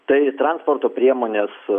tai transporto priemonės